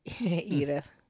Edith